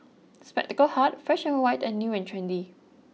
Spectacle Hut Fresh and White and New and Trendy